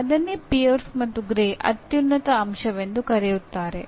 ಅದನ್ನೇ ಪಿಯರ್ಸ್ ಮತ್ತು ಗ್ರೇ ಅತ್ಯುನ್ನತ ಅಂಶವೆಂದು ಕರೆಯುತ್ತಾರೆ